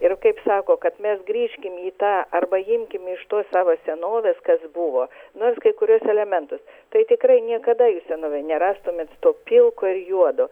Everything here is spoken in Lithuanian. ir kaip sako kad mes grįžkim į tą arba imkim iš tos savo senovės kas buvo nors kai kuriuos elementus tai tikrai niekada jūs senovėj nerastumėt to pilko ir juodo